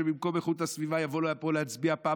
שבמקום איכות הסביבה יבוא לפה להצביע פעם